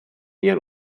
ihren